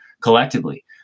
collectively